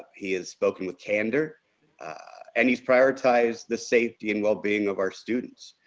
he has spoken with candor and he's prioritized the safety and well-being of our students.